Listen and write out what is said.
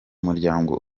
muryango